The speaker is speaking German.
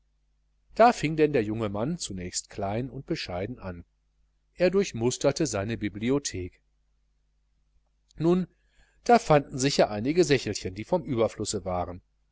da fing denn der junge mann zunächst klein und bescheiden an er durchmusterte seine bibliothek nun da fanden sich ja einige sächelchen die vom überflusse waren